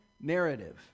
narrative